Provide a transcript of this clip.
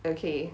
okay